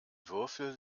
würfel